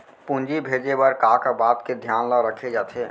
पूंजी भेजे बर का का बात के धियान ल रखे जाथे?